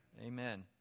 Amen